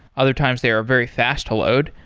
other times they're very fast to load.